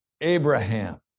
Abraham